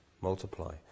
multiply